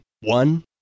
One